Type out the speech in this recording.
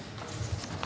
Hvala